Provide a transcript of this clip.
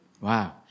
Wow